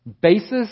basis